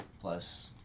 Plus